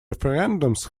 referendums